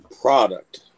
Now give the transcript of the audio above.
Product